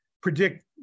predict